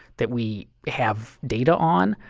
that we have data on,